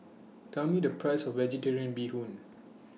Tell Me The Price of Vegetarian Bee Hoon